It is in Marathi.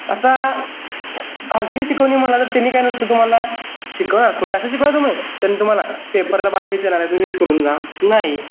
आता खासगी शिकवणी म्हणाला तर त्यांनी काय नुसतं तुम्हाला शिकवणार थोडे असं तुम्ही त्यांनी तुम्हाला पेपरला बाळ हेच येणार आहे तू हेच करून जा नाही